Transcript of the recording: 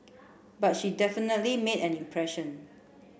but she definitely made an impression